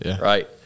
right